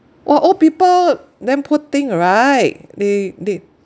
!wah! old people damn poor thing right they they